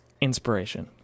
inspiration